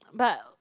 but